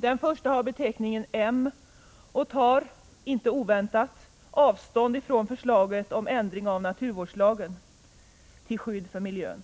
Den första har beteckningen där moderaterna, inte oväntat, tar avstånd från förslaget om ändring av naturvårdslagen till skydd för miljön.